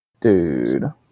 Dude